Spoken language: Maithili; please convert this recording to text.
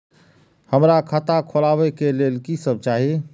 हमरा खाता खोलावे के लेल की सब चाही?